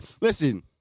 Listen